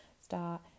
start